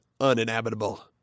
uninhabitable